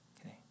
okay